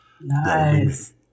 Nice